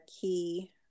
key